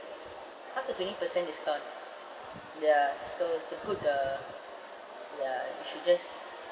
s~ up to twenty percent discount ya so it's a good uh ya you should just